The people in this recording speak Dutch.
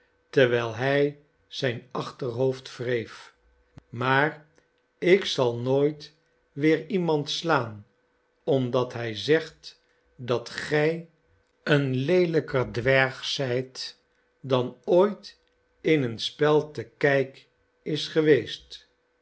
terwijl hij zijn achterhoofd wreef maar ik zal nooit weer iemand slaan omdat hij zegt dat gij een leelijker dwerg zijt dan ooit in een spel te kijk is geweest